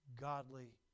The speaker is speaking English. godly